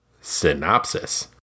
Synopsis